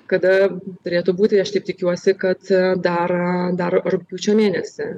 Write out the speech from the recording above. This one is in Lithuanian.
kada turėtų būti aš taip tikiuosi kad dar dar rugpjūčio mėnesį